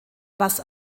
was